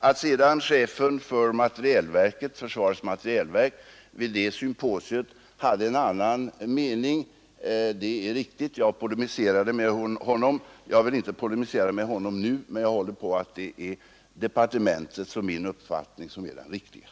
Att sedan chefen för försvarets materielverk vid det symposiet hade en annan mening är riktigt — jag polemiserade med honom. Jag vill inte polemisera med honom nu, men jag håller på att det är departementets och min uppfattning som är den riktiga.